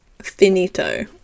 finito